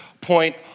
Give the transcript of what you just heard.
point